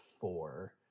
four